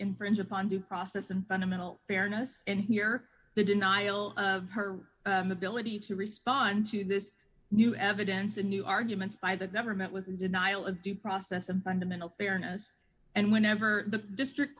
infringe upon due process and fundamental fairness and here the denial of her ability to respond to this new evidence and new arguments by the government was in denial of due process of fundamental fairness and whenever the district